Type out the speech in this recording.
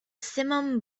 simum